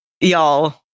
y'all